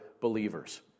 believers